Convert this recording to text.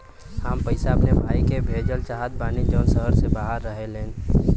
हम पैसा अपने भाई के भेजल चाहत बानी जौन शहर से बाहर रहेलन